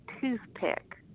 toothpick